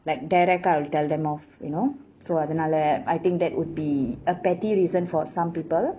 like direct I'll tell them off you know so அதனால:athanaala I think that would be a petty reason for some people